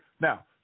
Now